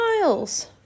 miles